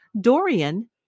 Dorian